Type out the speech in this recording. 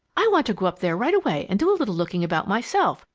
i want to go up there right away and do a little looking about myself.